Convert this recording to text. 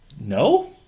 No